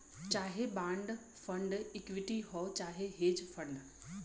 चाहे bond fund equity हौ चाहे हेज फ़ंड